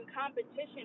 competition